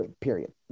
period